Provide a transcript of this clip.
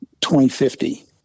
2050